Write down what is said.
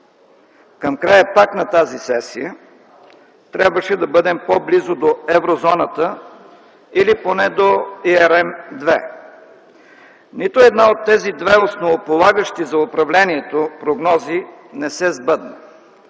Към края пак на тази сесия трябваше да бъдем по-близо до еврозоната или поне до ERM ІІ. Нито една от тези две основополагащи за управлението прогнози не се сбъдна.